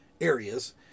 areas